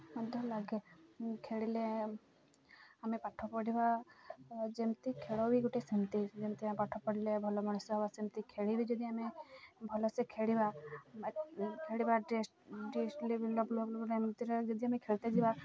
ମଧ୍ୟ ଲାଗେ ଖେଳିଲେ ଆମେ ପାଠ ପଢ଼ିବା ଯେମିତି ଖେଳ ବି ଗୋଟେ ସେମିତି ଯେମିତି ଆମେ ପାଠ ପଢ଼ିଲେ ଭଲ ମଣିଷ ହବା ସେମିତି ଖେଳି ବି ଯଦି ଆମେ ଭଲସେ ଖେଳିବା ଖେଳିବା ପରେ ଯଦି ଆମେ ଖେଳିତେ ଯିବା